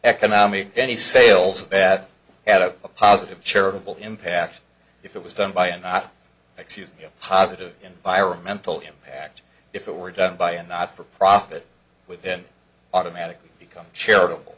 economic any sales that had a positive charitable impact if it was done by a not you positive environmental impact if it were done by a not for profit within automatically become charitable